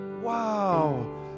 Wow